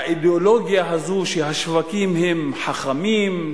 האידיאולוגיה הזאת שהשווקים הם חכמים,